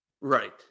Right